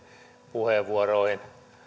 puheenvuoroihin